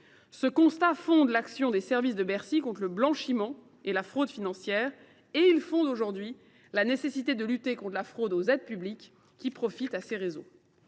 Ce constat fonde l’action des services de Bercy contre le blanchiment et la fraude financière. Il justifie aujourd’hui la nécessité de lutter contre la fraude aux aides publiques qui profitent à ces réseaux.